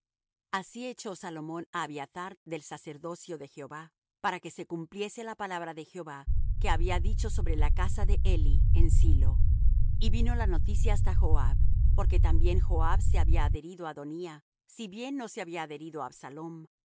así echó salomón á abiathar del sacerdocio de jehová para que se cumpliese la palabra de jehová que había dicho sobre la casa de eli en silo y vino la noticia hasta joab porque también joab se había adherido á adonía si bien no se había adherido